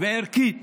וערכית